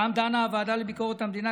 פעם דנה הוועדה לביקורת המדינה,